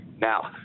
Now